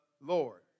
Lord